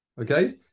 Okay